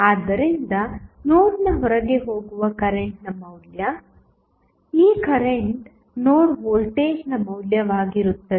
ಆದ್ದರಿಂದ ನೋಡ್ನ ಹೊರಗೆ ಹೋಗುವ ಕರೆಂಟ್ನ ಮೌಲ್ಯ ಈ ಕರೆಂಟ್ ನೋಡ್ ವೋಲ್ಟೇಜ್ನ ಮೌಲ್ಯವಾಗಿರುತ್ತದೆ